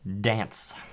Dance